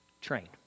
Train